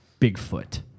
Bigfoot